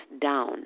down